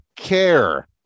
care